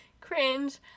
cringe